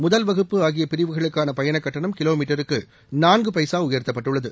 முதல்வகுப்பு ஆகிய பிரிவுகளுக்கான பயணக் கட்டணம் கிலோ மீட்டருக்கு நான்கு பைசா உயர்த்தப்பட்டுள்ளது